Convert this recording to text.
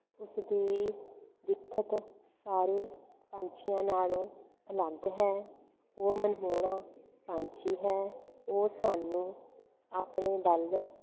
ਉਸਦੀ ਦਿੱਖ ਸਾਰੇ ਪੰਛੀਆਂ ਨਾਲੋਂ ਅਲੱਗ ਹੈ ਉਹ ਮਨਮੋਹਣਾ ਪੰਛੀ ਹੈ ਉਹ ਸਾਨੂੰ ਆਪਣੇ ਵੱਲ